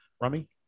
Rummy